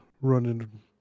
running